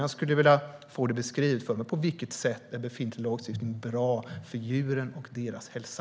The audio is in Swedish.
Jag skulle vilja få beskrivet för mig på vilket sätt den befintliga lagstiftningen är bra för djuren och deras hälsa.